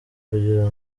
kugira